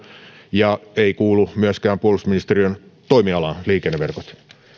ja liikenneverkot eivät myöskään kuulu puolustusministeriön toimialaan